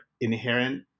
inherent